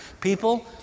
People